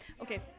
Okay